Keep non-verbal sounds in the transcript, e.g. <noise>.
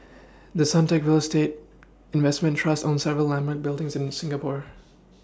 <noise> the Suntec real estate investment trust owns several landmark buildings in Singapore